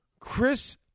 Chris